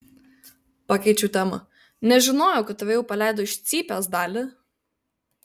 pakeičiau temą nežinojau kad tave jau paleido iš cypės dali